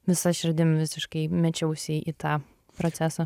visa širdim visiškai mečiausi į tą procesą